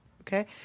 Okay